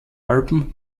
alpen